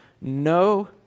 no